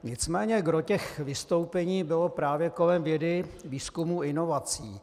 Nicméně gros těch vystoupení bylo právě kolem vědy, výzkumu a inovací.